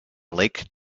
lake